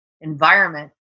environment